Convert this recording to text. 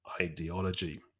ideology